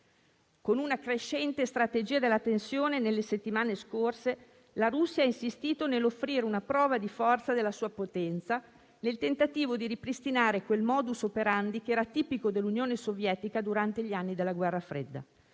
Con una crescente strategia della tensione, nelle settimane scorse, la Russia ha insistito nell'offrire una prova di forza della sua potenza nel tentativo di ripristinare quel *modus operandi* che era tipico dell'Unione sovietica durante gli anni della guerra fredda,